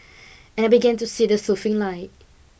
and I began to see the soothing light